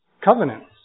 covenants